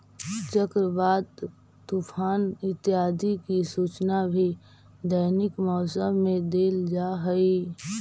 चक्रवात, तूफान इत्यादि की सूचना भी दैनिक मौसम में देल जा हई